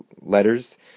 letters